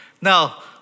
Now